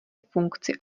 funkci